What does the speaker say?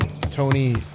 Tony